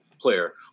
player